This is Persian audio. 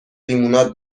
لیموناد